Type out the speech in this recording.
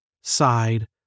sighed